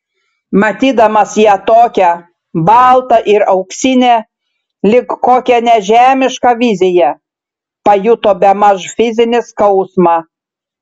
matydamas ją tokią baltą ir auksinę lyg kokią nežemišką viziją pajuto bemaž fizinį skausmą